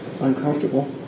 uncomfortable